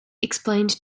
explained